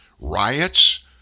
riots